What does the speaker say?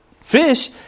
fish